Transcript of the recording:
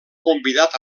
convidat